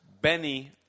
Benny